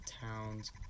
Towns